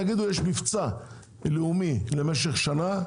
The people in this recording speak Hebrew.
תגידו: יש מבצע לאומי למשך שנה,